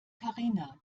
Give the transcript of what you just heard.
karina